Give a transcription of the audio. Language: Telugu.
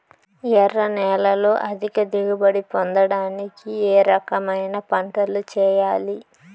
ఎర్ర నేలలో అధిక దిగుబడి పొందడానికి ఏ రకమైన పంటలు చేయాలి?